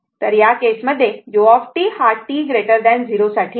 तर या केस मध्ये u हा t 0 साठी नाही